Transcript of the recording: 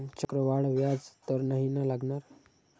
चक्रवाढ व्याज तर नाही ना लागणार?